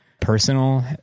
personal